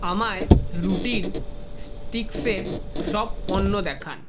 আমায় রুটির স্টিক্সের সব পণ্য দেখান